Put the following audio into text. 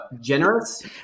generous